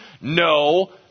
No